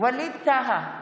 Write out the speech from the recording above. ווליד טאהא,